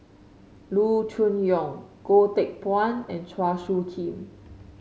Loo Choon Yong Goh Teck Phuan and Chua Soo Khim